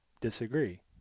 disagree